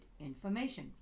information